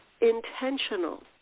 intentional